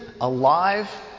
alive